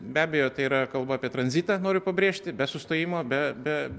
be abejo tai yra kalba apie tranzitą noriu pabrėžti be sustojimo be be